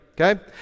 okay